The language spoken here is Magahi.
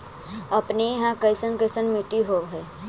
अपने यहाँ कैसन कैसन मिट्टी होब है?